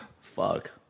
Fuck